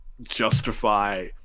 justify